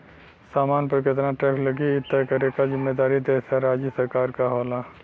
सामान पर केतना टैक्स लगी इ तय करे क जिम्मेदारी देश या राज्य सरकार क होला